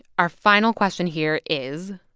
our final question here is,